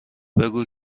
بگو